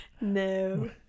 No